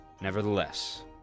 nevertheless